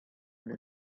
una